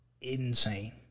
insane